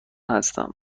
هستم